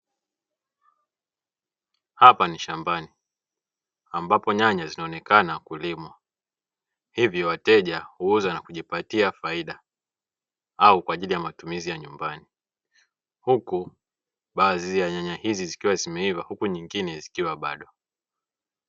Hapa ni shambani ambapo nyanya zinaonekana kulimwa hivyo wateja huuza nakujipatia faida au kwa ajili ya matumizi ya nyumbani, huku baadhi ya nyanya hizi zikiwa zimeiva huku nyingine zikiwa bado.